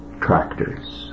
tractors